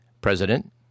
president